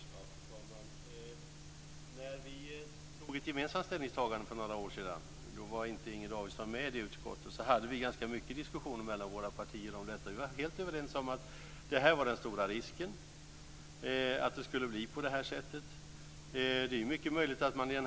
Fru talman! När vi gjorde ett gemensamt ställningstagande för några år sedan - då var inte Inger Davidson med i utskottet - hade vi ganska många diskussioner mellan våra partier om detta. Vi var helt överens om att den stora risken var att det skulle bli på det här sättet. Det är mycket möjligt att man i den